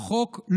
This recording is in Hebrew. החוק יאפשר?